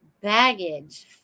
baggage